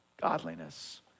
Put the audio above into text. godliness